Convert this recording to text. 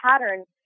patterns